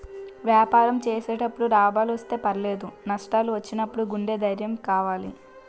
వ్యాపారం చేసేటప్పుడు లాభాలొస్తే పర్వాలేదు, నష్టాలు వచ్చినప్పుడు గుండె ధైర్యం కావాలి